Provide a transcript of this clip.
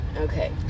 Okay